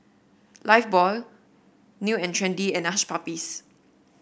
Lifebuoy New And Trendy and Hush Puppies